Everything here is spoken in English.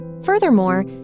Furthermore